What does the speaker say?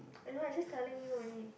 ah you know I just telling you only